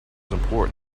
important